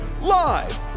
Live